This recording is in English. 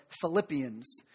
Philippians